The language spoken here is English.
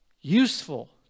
useful